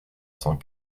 cent